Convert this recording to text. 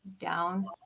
Down